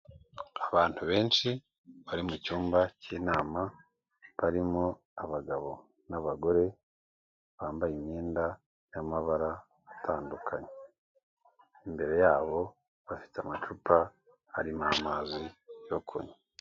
Abantu benshi bari mu cyumba cy'inama barimo abagabo n'abagore bambaye imyenda y'amabara atandukanye, imbere yabo bafite amacupa harimo amazi yo kunywa.